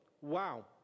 Wow